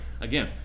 again